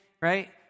right